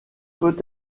peut